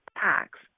tax